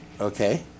Okay